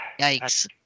Yikes